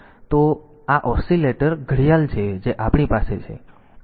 તેથી જો આ ઓસિલેટર ઘડિયાળ છે જે આપણી પાસે છે